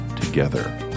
together